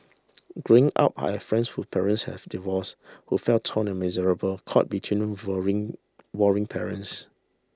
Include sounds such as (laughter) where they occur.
growing up I had friends who parents had divorced who felt torn and miserable caught between (unintelligible) warring parents